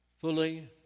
Fully